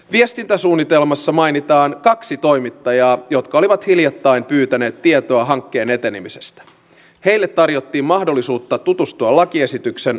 näin se tällä hetkellä toimii ja se on kyllä julkisten varojen haaskausta ja se on byrokratiaa